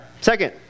second